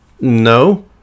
No